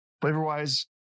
Flavor-wise